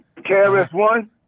KRS-One